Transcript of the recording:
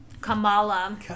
Kamala